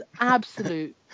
absolute